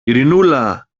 ειρηνούλα